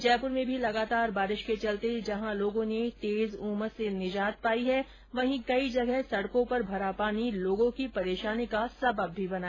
जयपुर में भी लगातार बारिश के चलते जहां लोगों ने तेज उमस से निजात पाई वहीं कई जगह सड़कों पर भरा पानी लोगों की परेशानी का सबब बना